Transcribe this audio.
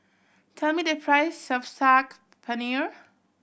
tell me the price of Saag Paneer